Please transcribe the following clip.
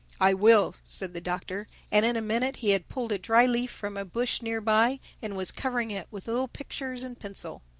i will, said the doctor. and in a minute he had pulled a dry leaf from a bush near by and was covering it with little pictures in pencil.